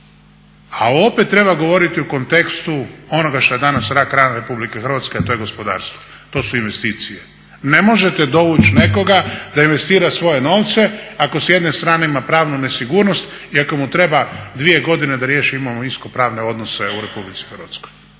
A opet treba govoriti u kontekstu onoga što je danas rak rana RH a to je gospodarstvo. To su investicije. Ne možete dovući nekoga da investira svoje novce ako s jedne strane ima pravnu nesigurnost i ako mu treba 2 godine da riješi imovinsko-pravne odnose u RH, a to